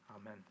Amen